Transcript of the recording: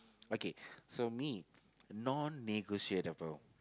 okay so me non-negotiable